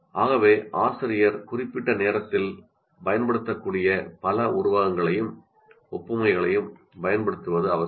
ஆகவே ஆசிரியர் குறிப்பிட்ட நேரத்தில் பயன்படுத்தக்கூடிய பல உருவகங்களையும் ஒப்புமைகளையும் ஆசிரியர் பயன்படுத்துவது அவசியம்